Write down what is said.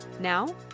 now